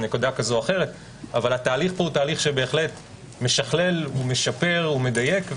נקודה כזו או אחרת אבל התהליך משכלל ומשפר ומדייק.